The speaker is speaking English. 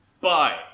bye